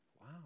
Wow